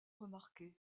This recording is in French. remarqués